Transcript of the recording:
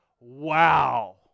wow